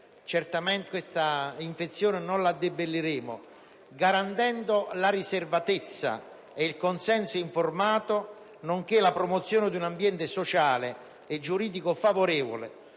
programmazione questa infezione non la debelleremo), garantendo la riservatezza e il consenso informato, nonché la promozione di un ambiente sociale e giuridico favorevole.